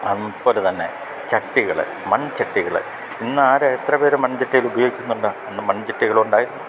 അതുപോലെതന്നെ ചട്ടികള് മൺചട്ടികള് ഇന്ന് ആര് എത്ര പേര് മൺചട്ടികള് ഉപയോഗിക്കുന്നുണ്ട് അന്നു മൺചട്ടികളുണ്ടായിരുന്നു